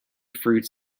fruits